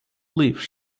live